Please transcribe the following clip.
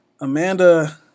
Amanda